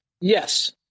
Yes